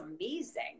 amazing